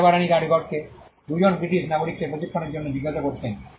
রাজা বা রানী কারিগরকে 2 জন ব্রিটিশ নাগরিককে প্রশিক্ষণের জন্য জিজ্ঞাসা করতেন